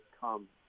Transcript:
come